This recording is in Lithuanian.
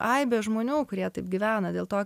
aibė žmonių kurie taip gyvena dėl to